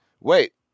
wait